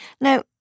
Now